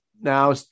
Now